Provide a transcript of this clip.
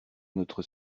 notre